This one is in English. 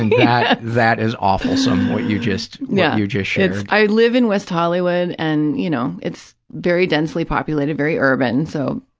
and yeah that is awfulsome, what you just yeah you just shared. yeah. i live in west hollywood and, you know, it's very densely populated, very urban, so.